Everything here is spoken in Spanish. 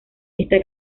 esta